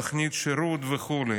תוכנית שירות וכו'.